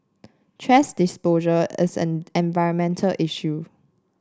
thrash disposal is an environmental issue